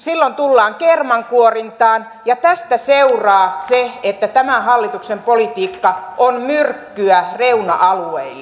silloin tullaan kermankuorintaan ja tästä seuraa se että tämä hallituksen politiikka on myrkkyä reuna alueille